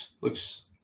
looks